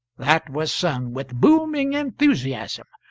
that was sung, with booming enthusiasm.